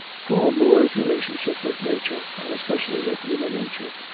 for moore's relationship with nature, and especially with human nature,